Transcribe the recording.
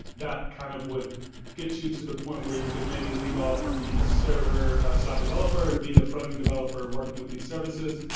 that kind of would get you to the point where you could maybe leave off the server-side developer and be the frontend developer working with these services.